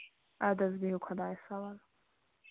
اَدٕ حظ بِہِو خۄدایَس سوالہٕ